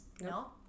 no